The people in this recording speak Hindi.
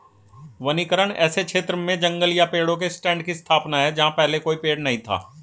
वनीकरण ऐसे क्षेत्र में जंगल या पेड़ों के स्टैंड की स्थापना है जहां पहले कोई पेड़ नहीं था